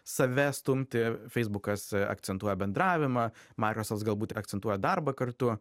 save stumti feisbukas akcentuoja bendravimą maikrosas galbūt ir akcentuoja darbą kartu